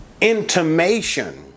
intimation